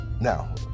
Now